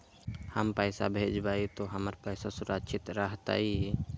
हम पैसा भेजबई तो हमर पैसा सुरक्षित रहतई?